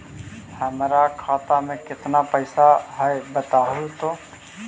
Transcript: हमर खाता में केतना पैसा है बतहू तो?